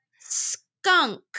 skunk